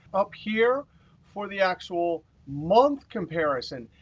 up here for the actual month comparison,